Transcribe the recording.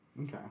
Okay